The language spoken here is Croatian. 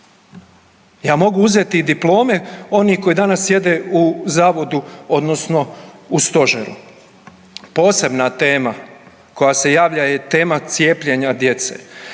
Ja mogu uzeti diplome onih koji danas sjede u zavodu odnosno u stožeru. Posebna tema koja se javlja je tema cijepljenja djece